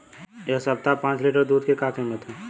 एह सप्ताह पाँच लीटर दुध के का किमत ह?